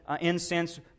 incense